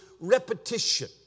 repetition